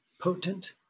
Potent